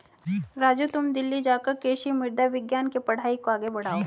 राजू तुम दिल्ली जाकर कृषि मृदा विज्ञान के पढ़ाई को आगे बढ़ाओ